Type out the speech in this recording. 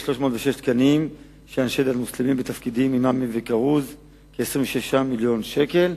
של אנשי דת מוסלמים בתפקידים של אימאם וכרוז הוא כ-26 מיליון שקל.